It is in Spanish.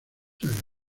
lunes